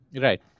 Right